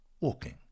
Walking